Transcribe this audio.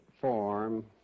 form